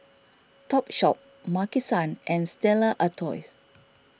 Topshop Maki San and Stella Artois